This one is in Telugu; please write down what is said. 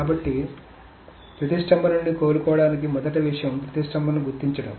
కాబట్టి ప్రతిష్టంభన నుండి కోలుకోవడానికి మొదటి విషయం ప్రతిష్టంభనను గుర్తించడం